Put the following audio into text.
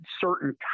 certain